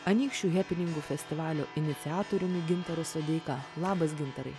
anykščių hepeningų festivalio iniciatoriumi gintaru sodeika labas gintarai